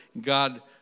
god